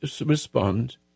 respond